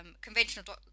conventional